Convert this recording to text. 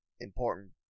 important